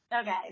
Okay